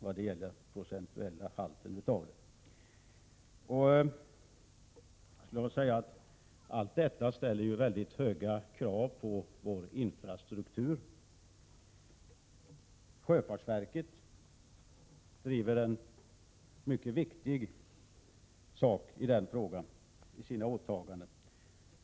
Jag vill säga att detta ställer väldigt höga krav på vår infrastruktur.